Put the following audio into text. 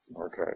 Okay